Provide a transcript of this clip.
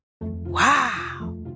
Wow